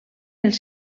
els